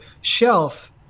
shelf